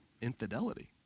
Infidelity